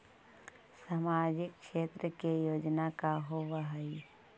सामाजिक क्षेत्र के योजना का होव हइ?